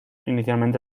inicialmente